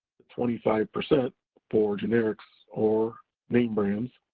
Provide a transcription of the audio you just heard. twenty five percent for generics or name brands,